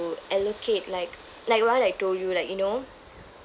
allocate like like what I told you like you know